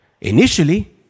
Initially